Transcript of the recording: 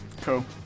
cool